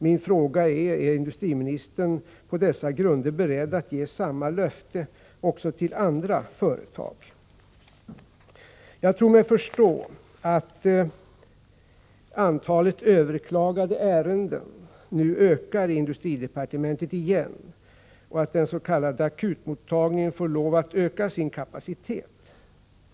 Min fråga är: Är industriministern på dessa grunder beredd att ge samma löfte också till andra företag? Jag tror mig förstå att antalet överklagade ärenden nu ökar i industridepartementet igen och att dens.k. akutmottagningen får lov att öka sin kapacitet.